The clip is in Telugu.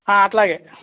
అట్లాగే